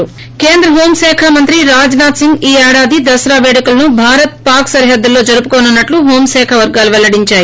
ి కేంద్ర హోం శాఖ మంత్రి రాజ్నాధ్ సింగ్ ఈ ఏడాది దసరా పేడుకలను భారత్ పాక్ సరిహద్దులో జరుపుకోనున్నట్లు హోంశాఖ వర్గాలు వెల్లడించాయి